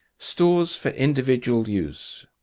stores for individual use